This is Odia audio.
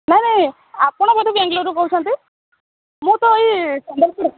ନାଇଁ ନାଇଁ ଆପଣ ବୋଧେ ବେଙ୍ଗଲୋରରୁ କହୁଛନ୍ତି ମୁଁ ତ ଏଇ ସମ୍ବଲପୁର